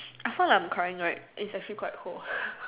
I sound like I am crying right it's actually quite cold